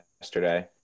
yesterday